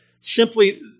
simply